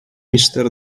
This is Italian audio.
mister